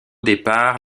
départ